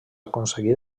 aconseguí